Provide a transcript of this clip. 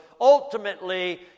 ultimately